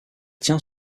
tient